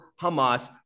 Hamas